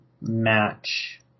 match